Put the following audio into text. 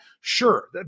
Sure